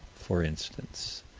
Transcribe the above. for instance.